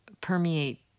permeate